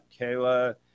Kayla